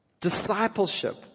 Discipleship